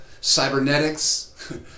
cybernetics